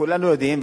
כולנו יודעים,